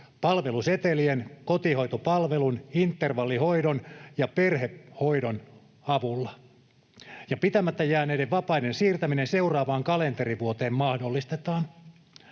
palvelusetelien, kotihoitopalvelun, intervallihoidon ja perhehoidon avulla, ja pitämättä jääneiden vapaiden siirtäminen seuraavaan kalenterivuoteen mahdollistetaan.